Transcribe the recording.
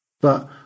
But